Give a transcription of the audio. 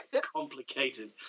Complicated